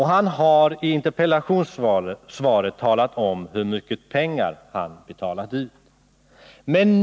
Han har i interpellationssvaret talat om hur mycket pengar han betalat ut.